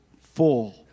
full